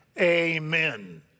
Amen